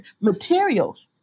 materials